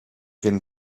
can